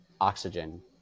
oxygen